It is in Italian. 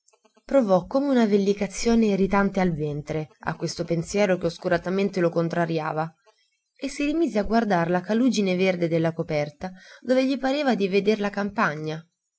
provò come una vellicazione irritante al ventre a questo pensiero che oscuramente lo contrariava e si rimise a guardar la calugine verde della coperta dove gli pareva di veder la campagna